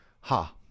Ha